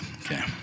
Okay